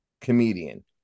comedian